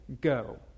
go